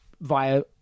via